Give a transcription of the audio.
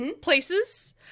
places